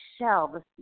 shell